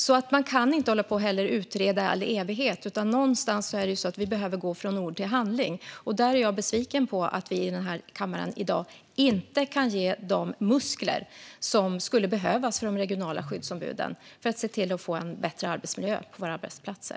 Man kan heller inte hålla på att utreda i all evighet, utan någonstans är det så att vi behöver gå från ord till handling. Jag är besviken på att vi i denna kammare i dag inte kan ge de muskler som skulle behövas för de regionala skyddsombuden för att se till att få en bättre arbetsmiljö på våra arbetsplatser.